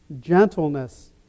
gentleness